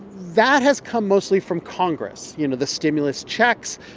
that has come mostly from congress. you know, the stimulus checks,